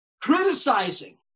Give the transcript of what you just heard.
criticizing